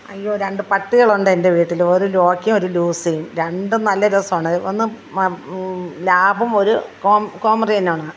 അയ്യോ രണ്ടു പട്ടികളുണ്ട് എൻ്റെ വീട്ടിൽ ഒരു ലോക്കിയും ഒരു ലൂസിയും രണ്ടും നല്ല രസമാണ് ഒന്ന് ലാബും ഒരു കോം കോമ്രയിനുമാണ്